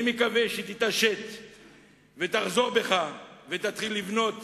אני מקווה שתתעשת ותחזור בך ותתחיל לבנות